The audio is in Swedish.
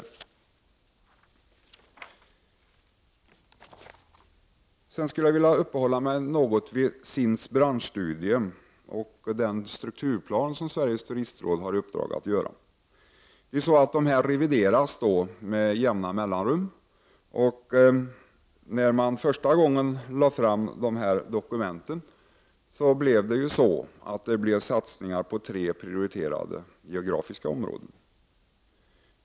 Jag skulle sedan något vilja uppehålla mig vid SIND:s branschstudie och den strukturplan som Sveriges turistråd har i uppdrag att göra. Dessa revideras med jämna mellanrum, och i samband med att man första gången lade fram dessa dokument skedde satsningar på tre prioriterade geografiska områden.